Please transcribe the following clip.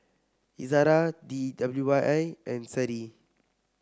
Izara D W Y I and Seri